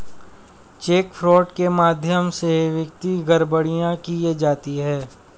check fraud के माध्यम से वित्तीय गड़बड़ियां की जाती हैं